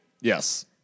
Yes